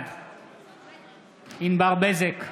בעד ענבר בזק,